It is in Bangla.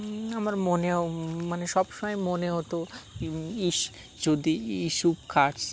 আমার মনেও মানে সব সময় মনে হতো ইস যদি ইউসুফ খার্স